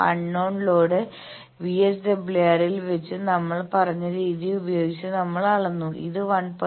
unknown load VSWR ൽ വെച്ച് നമ്മൾ പറഞ്ഞ രീതി ഉപയോഗിച്ച് നമ്മൾ അളന്നു ഇത് 1